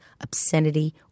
obscenity